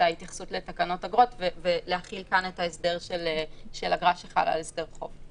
ההתייחסות לתקנות אגרות ולהחיל כאן את ההסדר של אגרה שחלה על הסדר חוב.